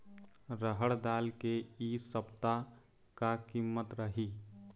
रहड़ दाल के इ सप्ता का कीमत रही?